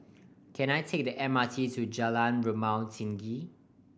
can I take the M R T to Jalan Rumah Tinggi